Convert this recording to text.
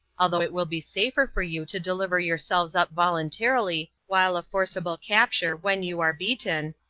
although it will be safer for you to deliver yourselves up voluntarily, while a forcible capture, when you are beaten,